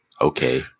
Okay